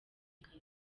kare